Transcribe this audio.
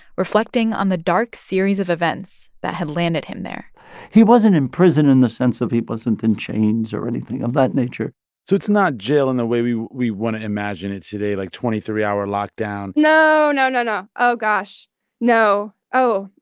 reflecting on the dark series of events that had landed him there he wasn't in prison in the sense of he wasn't in chains or anything of that nature so it's not jail in the way we we want to imagine it today, like, twenty three hour lockdown no, no, no, no. oh, gosh no. oh,